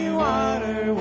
water